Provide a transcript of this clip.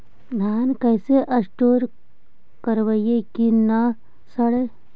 धान कैसे स्टोर करवई कि न सड़ै?